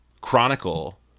chronicle